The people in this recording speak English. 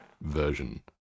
version